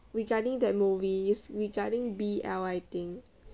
regarding that movie it's regarding B_L I think